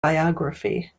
biography